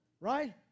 right